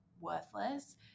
worthless